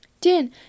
Din